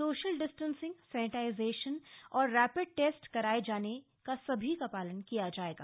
social distancing sanitization और rapid test कराए जाने सभी का पालन किया जाएगा